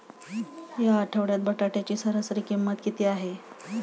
या आठवड्यात बटाट्याची सरासरी किंमत किती आहे?